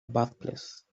birthplace